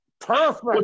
Perfect